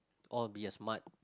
or be a smart